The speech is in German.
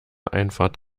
einfahrt